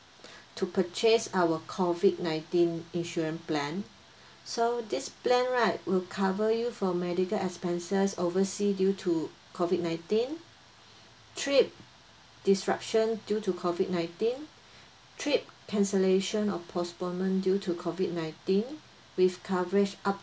to purchase our COVID nineteen insurance plan so this plan right will cover you for medical expenses oversea due to COVID nineteen trip disruption due to COVID nineteen trip cancellation or postponement due to COVID nineteen with coverage up